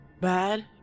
Bad